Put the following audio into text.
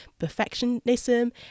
perfectionism